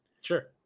Sure